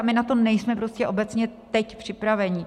My na to nejsme prostě obecně teď připraveni.